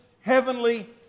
heavenly